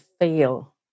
feel